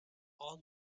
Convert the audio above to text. all